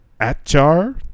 atchar